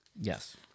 Yes